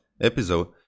episode